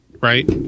right